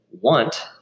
want